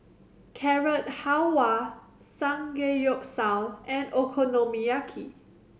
Carrot Halwa Samgeyopsal and Okonomiyaki